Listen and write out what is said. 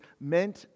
meant